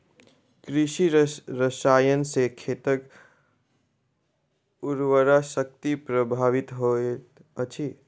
कृषि रसायन सॅ खेतक उर्वरा शक्ति प्रभावित होइत अछि